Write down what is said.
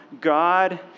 God